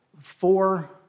Four